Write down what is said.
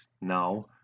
now